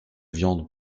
viande